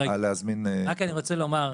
על להזמין --- אני רק רוצה לומר: